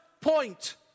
point